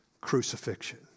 crucifixion